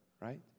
right